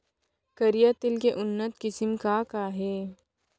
करिया तिलि के उन्नत किसिम का का हे?